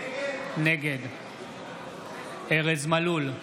נגד ארז מלול,